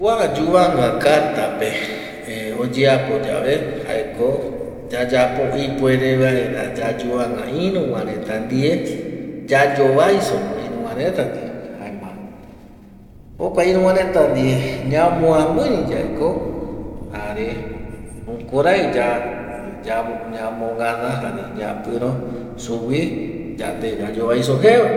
Kua yuvanga kartape oyeapo yave jaeko yayapo ipuere vaera yayuvanga iru vareta ndie, yayovaisoko iruva reta ndie jaema jokua iruva reta ndie ñamoamiyaeko jare jukurai ya ñamongana jare ñapiro sugui yande yayovaiso jevare